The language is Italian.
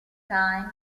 time